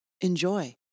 enjoy